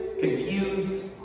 confused